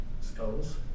Skulls